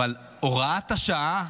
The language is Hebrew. אבל הוראת השעה?